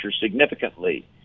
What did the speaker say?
significantly